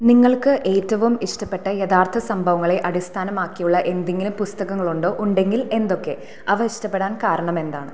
നിങ്ങൾക്ക് ഏറ്റവും ഇഷ്ടപ്പെട്ട യഥാർത്ഥ സംഭവങ്ങളെ അടിസ്ഥാനമാക്കിയുള്ള എന്തെങ്കിലും പുസ്തകങ്ങളുണ്ടോ ഉണ്ടെങ്കിൽ എന്തൊക്കെ അവ ഇഷ്ടപ്പെടാൻ കാരണമെന്താണ്